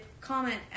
comment